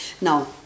Now